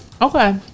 okay